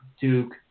Duke